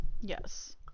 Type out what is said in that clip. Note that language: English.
Yes